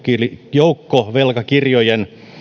joukkovelkakirjojen